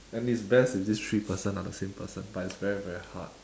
and it's best if these three person are the same person but it's very very hard